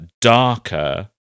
darker